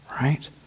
right